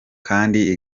kandi